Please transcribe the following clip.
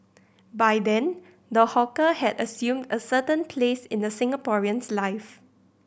by then the hawker had assumed a certain place in the Singaporean's life